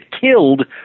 killed